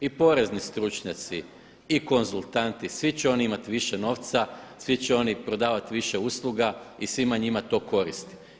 I porezni stručnjaci i konzultanti svi će oni imati više novca, svi će oni prodavati više usluga i svima njima to koristi.